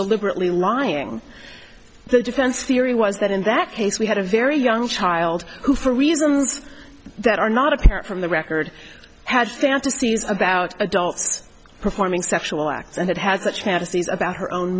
deliberately lying the defense theory was that in that case we had a very young child who for reasons that are not apparent from the record had fantasies about adults performing sexual acts and it has such fantasies about her own